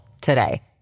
today